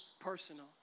personal